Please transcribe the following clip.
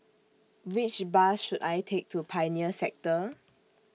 Which Bus should I Take to Pioneer Sector